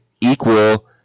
equal